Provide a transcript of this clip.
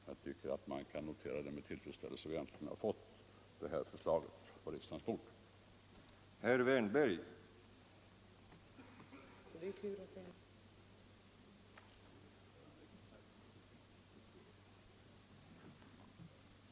Jag tycker att vi kan notera med tillfredsställelse att vi äntligen har fått detta förslag med förmånligare avtrappningsregler på riksdagens bord.